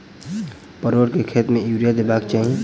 परोर केँ खेत मे यूरिया देबाक चही?